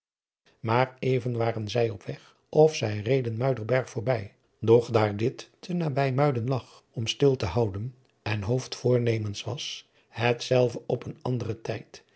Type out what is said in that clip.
maar even waren zij op weg of zij reden muiderberg voorbij doch daar dit te nabij muiden lag om stil te houden en hooft voornemens was hetzelve op een anderen tijd